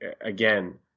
again